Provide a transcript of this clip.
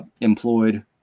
employed